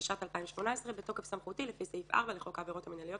התשע"ט-2018 בתוקף סמכותי לפי סעיף 4 לחוק העבירות המינהליות,